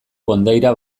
kondaira